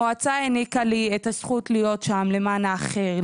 המועצה העניקה לי את הזכות להיות שם למען האחר,